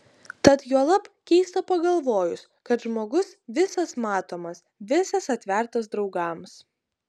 tad juolab keista pagalvojus kad žmogus visas matomas visas atvertas draugams